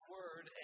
Word